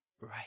Right